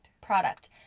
product